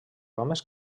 homes